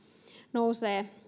nousevat